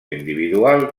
individual